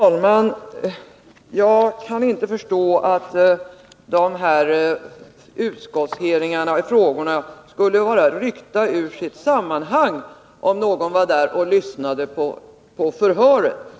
Herr talman! Jag kan inte förstå att utskottsfrågorna skulle vara ryckta ur sitt sammanhang om någon lyssnade på förhöret.